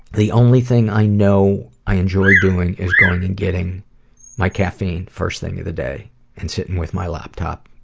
the only thing i know i enjoy doing is going and getting my caffeine first thing of the day and sitting with my laptop.